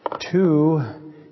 Two